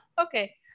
Okay